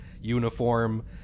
uniform